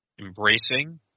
embracing